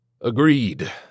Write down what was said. Agreed